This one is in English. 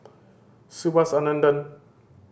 Subhas Anandan